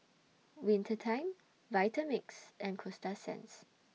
Winter Time Vitamix and Coasta Sands